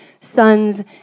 sons